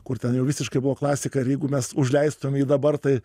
kur ten jau visiškai buvo klasika ir jeigu mes užleistum jį dabar tai